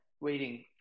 waiting